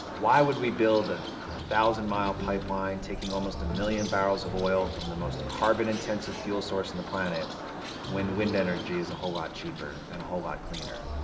why would we build a thousand mile pipeline taking almost a million barrels of oil from the most carbon intensive fuel source on the planet when wind energy is a whole lot cheaper and a whole lot cleaner?